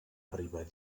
arribar